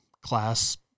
class